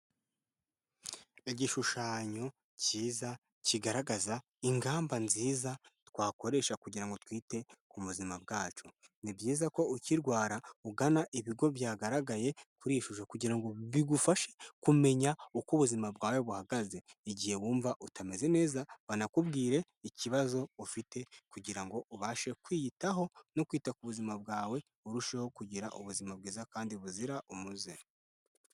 Igishushanyo cyiza kigaragaza ingamba nziza twakoresha kugira ngo twite ku buzima bwacu, ni byiza ko ukirwara ugana ibigo byagaragaye kuri iyi shusho kugira ngo bigufashe kumenya uko ubuzima bwawe buhagaze igihe wumva utameze neza banakubwire ikibazo ufite kugirango ubashe kwiyitaho no kwita ku buzima bwawe burusheho kugira ubuzima bwiza kandi buzira umuze.